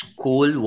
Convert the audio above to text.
School